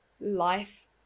life